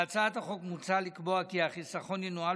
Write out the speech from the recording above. בהצעת החוק מוצע לקבוע כי החיסכון ינוהל